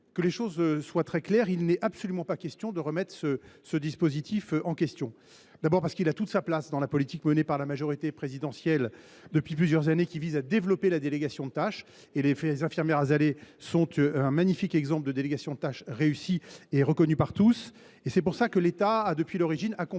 Que les choses soient très claires : il n’est absolument pas question de remettre ce dispositif en question. Il a en effet toute sa place dans la politique menée par la majorité présidentielle depuis plusieurs années : cette politique vise à développer la délégation de tâches ; or les infirmières Asalée sont un magnifique exemple de délégation de tâches réussie et reconnue par tous. C’est pourquoi l’État, du reste, a depuis l’origine accompagné